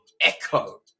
echo